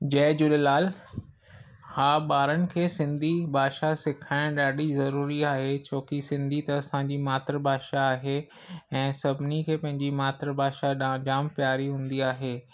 जय झूलेलाल हा ॿारनि खे सिंधी भाषा सिखाइणु ॾाढी ज़रूरी आहे छो की सिंधी त असांजी मातृभाषा आहे ऐं सभिनी खे पंहिंजी मातृभाषा ॾां जामु प्यारी हूंदी आहे